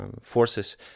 forces